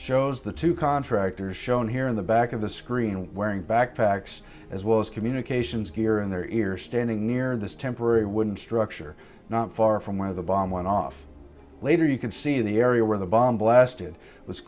shows the two contractors shown here in the back of the screen wearing backpacks as well as communications gear in their ear standing near this temporary wooden structure not far from where the bomb went off later you can see the area where the bomb blasted was